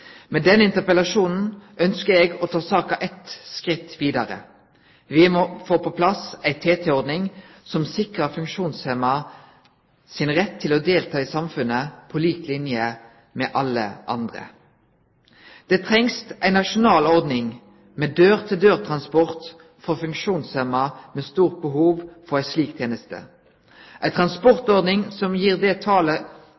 Med denne interpellasjonen ønskjer eg å ta saka eitt skritt vidare. Vi må få på plass ei TT-ordning som sikrar funksjonshemma deira rett til å delta i samfunnet på lik linje med alle andre. Det trengst ei nasjonal ordning med dør til dør-transport for funksjonshemma med stort behov for ei slik teneste, ei